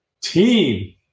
Team